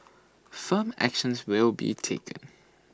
firm actions will be taken